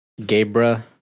Gabra